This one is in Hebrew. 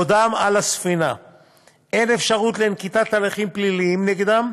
בעודם על הספינה אין אפשרות לנקוט הליכים פליליים נגדם.